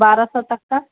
بارہ سو تک کا